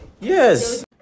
Yes